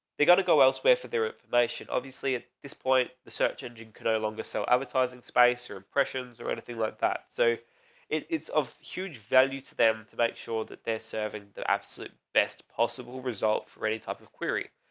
they got to go elsewhere for their information. obviously at this point, the search engine could no longer sell so advertising space or impressions or anything like that, so it's of huge value to them to make sure that they're serving the absolute best possible result for any type of query.